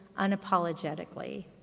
unapologetically